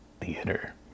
theater